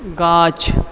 गाछ